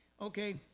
Okay